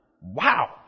Wow